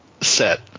set